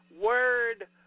word